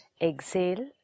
Exhale